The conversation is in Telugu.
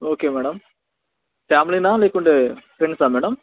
ఓకే మేడమ్ ఫ్యామిలీనా లేకుంటే ఫ్రెండ్సా మేడమ్